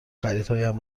خریدهایم